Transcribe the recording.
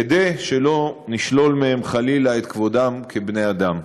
כדי שלא נשלול מהם חלילה את כבודם כבני אדם.